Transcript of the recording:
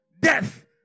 Death